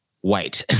white